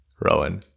rowan